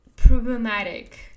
problematic